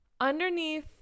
underneath